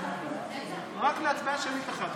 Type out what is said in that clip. רק להצבעה שמית אחת,